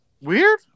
weird